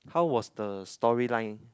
how was the storyline